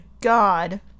God